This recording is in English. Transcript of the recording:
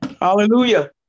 Hallelujah